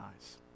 eyes